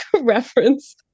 reference